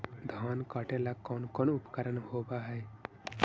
धान काटेला कौन कौन उपकरण होव हइ?